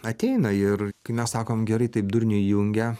ateina ir kai mes sakom gerai taip durnių įjungia